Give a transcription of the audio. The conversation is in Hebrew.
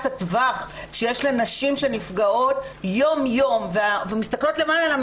הטווח שיש לנשים שנפגעות יום-יום ומסתכלות למעלה,